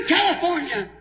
California